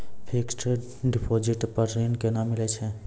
Fixed deposit पर ऋण केना मिलै छै?